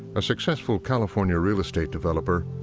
a successful california real estate developer,